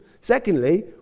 Secondly